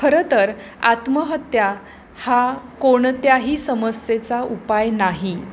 खरं तर आत्महत्या हा कोणत्याही समस्येचा उपाय नाही